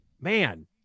man